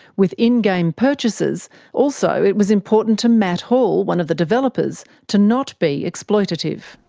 with in-game purchases also it was important to matt hall, one of the developers, to not be exploitative.